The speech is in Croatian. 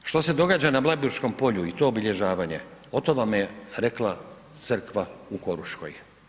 To što se događa na Blajburškom polju i to obilježavanje o tom vam je rekla crkva u Koruškoj.